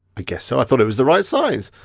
i guess so, i thought it was the right size.